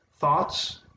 thoughts